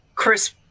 Chris